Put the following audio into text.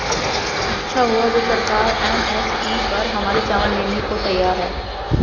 अच्छा हुआ जो सरकार एम.एस.पी पर हमारे चावल लेने को तैयार है